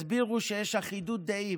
הסבירו שיש אחידות דעים,